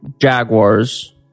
Jaguars